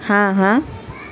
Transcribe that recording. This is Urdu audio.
ہاں ہاں